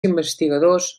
investigadors